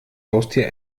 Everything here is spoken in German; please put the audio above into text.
haustier